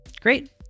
Great